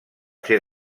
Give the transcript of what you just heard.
ser